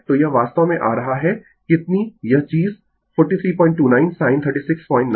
तो यह वास्तव में आ रहा है कितनी यह चीज 4329 साइन 369 o